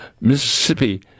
Mississippi